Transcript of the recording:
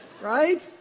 Right